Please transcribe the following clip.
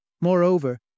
Moreover